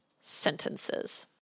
sentences